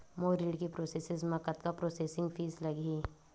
मोर ऋण के प्रोसेस म कतका प्रोसेसिंग फीस लगही?